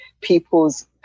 People's